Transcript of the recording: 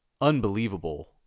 unbelievable